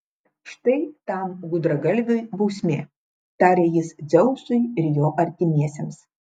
štai tam gudragalviui bausmė tarė jis dzeusui ir jo artimiesiems